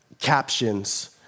captions